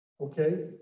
okay